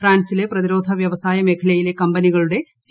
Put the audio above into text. ഫ്രാൻസിലെ പ്രതിരോധ വൃവസായ മേഖലയിലെ കമ്പനികളുടെ സി